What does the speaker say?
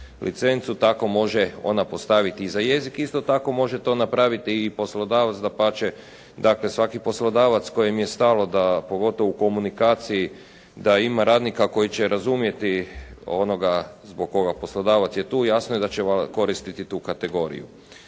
licencu tako može ona postavit i za jezik. Isto tako može to napraviti i poslodavac, dapače dakle svaki poslodavac kojem je stalo da pogotovo u komunikaciji da ima radnika koji će razumjeti onoga zbog koga poslodavac je tu, jasno je da će koristiti tu kategoriju.